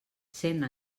sent